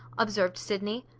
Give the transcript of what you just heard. observed sydney.